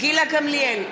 גילה גמליאל,